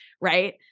Right